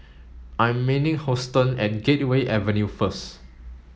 I am meeting Houston at Gateway Avenue first